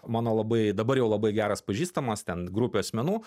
mano laba dabar jau labai geras pažįstamas ten grupių asmenų